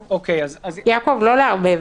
יעקב, לא לערבב.